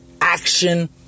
action